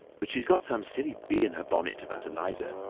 but she's got some silly bee in her bonnet about eliza.